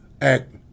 act